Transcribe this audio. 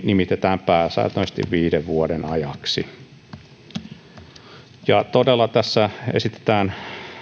nimitetään pääsääntöisesti viiden vuoden ajaksi tässä todella esitetään